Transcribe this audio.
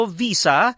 visa